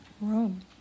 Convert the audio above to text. room